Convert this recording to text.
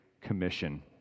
commission